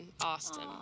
Austin